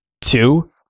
Two